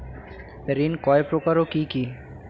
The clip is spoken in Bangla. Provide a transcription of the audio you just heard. ঋণ কয় প্রকার ও কি কি?